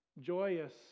joyous